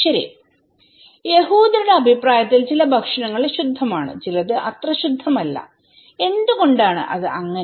ശരി യഹൂദരുടെ അഭിപ്രായത്തിൽ ചില ഭക്ഷണങ്ങൾ ശുദ്ധമാണ് ചിലത് അത്ര ശുദ്ധമല്ല എന്തുകൊണ്ടാണ് അത് അങ്ങനെ